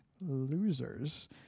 losers